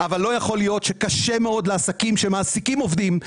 קשה מאוד לעסקים שמעסיקים עובדים,